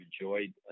enjoyed